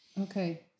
Okay